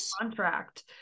contract